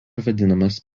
vadinamas